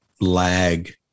lag